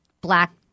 black